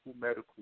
medical